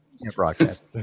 broadcast